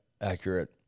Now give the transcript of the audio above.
accurate